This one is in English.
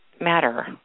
matter